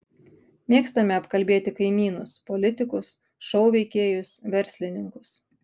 mėgstame apkalbėti kaimynus politikus šou veikėjus verslininkus